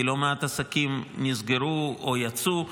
כי לא מעט עסקים נסגרו או יצאו,